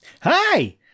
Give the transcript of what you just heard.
Hi